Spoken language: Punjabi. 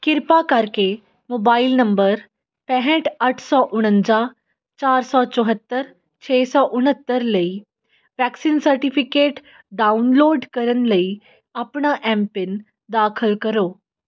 ਕਿਰਪਾ ਕਰਕੇ ਮੋਬਾਈਲ ਨੰਬਰ ਪੈਂਹਠ ਅੱਠ ਸੌ ਉਣੰਜਾ ਚਾਰ ਸੌ ਚੁਹੱਤਰ ਛੇ ਸੌ ਉਣਹੱਤਰ ਲਈ ਵੈਕਸੀਨ ਸਰਟੀਫਿਕੇਟ ਡਾਊਨਲੋਡ ਕਰਨ ਲਈ ਆਪਣਾ ਐੱਮਪਿੰਨ ਦਾਖਲ ਕਰੋ